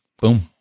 Boom